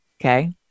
Okay